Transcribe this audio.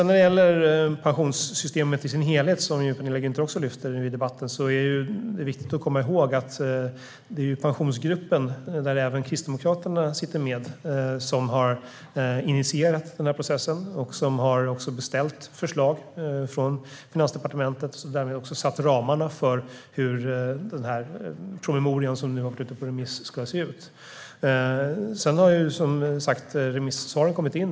När det gäller pensionssystemet i sin helhet, som Penilla Gunther också tar upp i debatten, är det viktigt att komma ihåg att det är Pensionsgruppen - där även Kristdemokraterna sitter med - som har initierat den här processen. Den har också beställt förslag från Finansdepartementet och därmed satt ramarna för hur promemorian som nu har varit ute på remiss ska se ut. Remissvaren har som sagt kommit in.